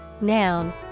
Noun